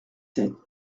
sept